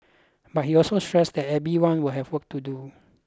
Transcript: but he also stressed that everyone will have work to do